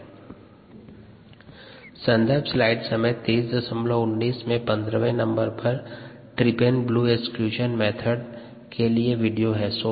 यहाँ सन्दर्भ स्लाइड समय 2319 में पंद्रहवे नंबर पर ट्रीपैन ब्लू एक्सक्लूशन मेथड के लिए विडियो है